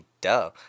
duh